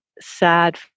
sad